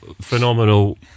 phenomenal